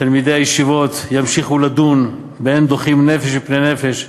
תלמידי הישיבות ימשיכו לדון באין דוחים נפש מפני נפש,